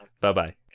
Bye-bye